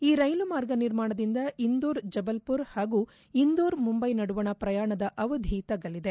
ಈ ರೈಲು ಮಾರ್ಗ ನಿರ್ಮಾಣದಿಂದ ಇಂದೋರ್ ಜಬಲ್ಪುರ್ ಹಾಗೂ ಇಂದೋರ್ ಮುಂಬೈ ನಡುವಣ ಪ್ರಯಾಣ ಅವಧಿ ತಗ್ಗಲಿದೆ